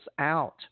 out